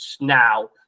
now